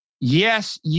yes